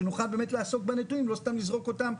שנוכל לעסוק בנתונים ולא סתם לזרוק אותם.